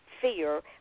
fear